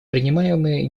принимаемые